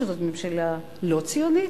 שזאת ממשלה לא ציונית?